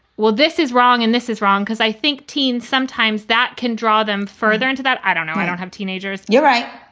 well, this is wrong and this is wrong, because i think sometimes sometimes that can draw them further into that. i don't know. i don't have teenagers. you're right.